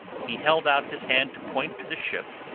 he held out his hand to point to the ship,